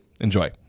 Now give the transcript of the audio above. Enjoy